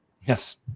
Yes